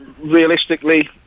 realistically